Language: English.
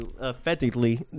effectively